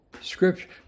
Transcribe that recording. Scripture